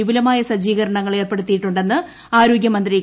വിപുലമായ സജീകരണങ്ങൾ ഏർപ്പെടുത്തിയിട്ടുണ്ടെന്ന് ആരോഗൃമന്ത്രി കെ